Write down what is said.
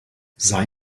sei